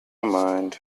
mind